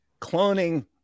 Cloning